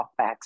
talkbacks